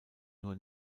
nur